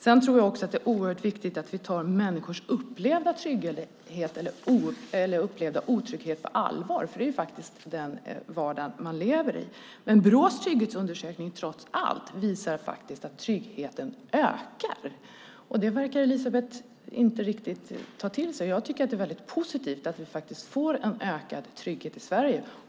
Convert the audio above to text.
Det är också oerhört viktigt att vi tar människors upplevda otrygghet på allvar, för det är faktiskt den vardag man lever i. Men Brås trygghetsundersökning visar trots allt att tryggheten ökar. Det verkar Elisebeht inte riktigt ta till sig. Jag tycker att det är väldigt positivt att vi får en ökad trygghet i Sverige.